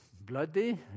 bloody